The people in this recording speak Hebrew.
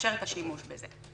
ולאפשר את השימוש בזה.